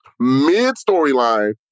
mid-storyline